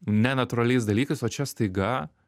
nenatūraliais dalykais o čia staiga